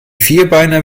vierbeiner